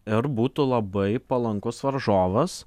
ir būtų labai palankus varžovas